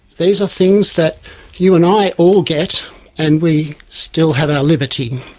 these are things that you and i all get and we still have our liberty.